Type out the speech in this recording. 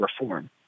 reform